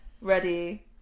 ready